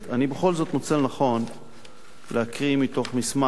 אני בכל זאת מוצא לנכון להקריא מתוך מסמך